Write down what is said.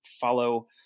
follow